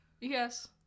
yes